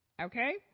okay